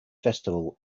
festival